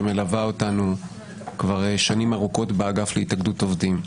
שמלווה אותנו כבר שנים ארוכות באגף להתאגדות עובדים.